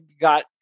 got